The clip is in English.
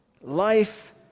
life